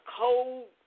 cold